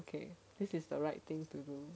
okay this is the right thing to do